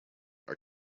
are